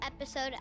episode